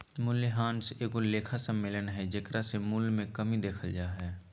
मूल्यह्रास एगो लेखा सम्मेलन हइ जेकरा से मूल्य मे कमी देखल जा हइ